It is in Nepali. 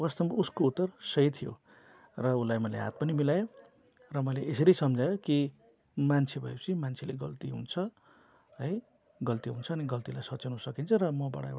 वास्तवमा उसको उत्तर सही थियो र उसलाई मैले हात पनि मिलाएँ र मैले यसरी सम्झाएँ कि मान्छे भएपछि मान्छेले गल्ती हुन्छ है गल्ती हुन्छ अनि गल्तीलाई सच्याउन सकिन्छ र मबाट एउटा